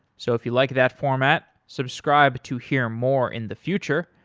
so if you like that format, subscribe to hear more in the future.